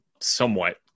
somewhat